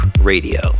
Radio